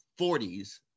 40s